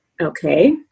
okay